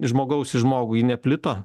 žmogaus į žmogui neplito